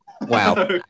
Wow